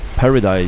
Paradise